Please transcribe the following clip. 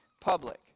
public